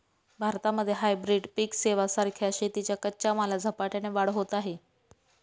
भारतामध्ये हायब्रीड पिक सेवां सारख्या शेतीच्या कच्च्या मालात झपाट्याने वाढ होत आहे